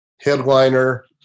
Headliner